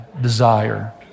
desire